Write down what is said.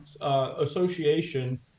association